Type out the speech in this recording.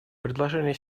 предложения